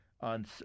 on